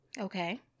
Okay